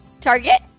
Target